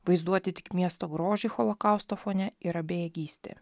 vaizduoti tik miesto grožį holokausto fone yra bejėgystė